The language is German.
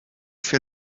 für